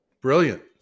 Brilliant